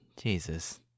Jesus